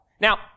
Now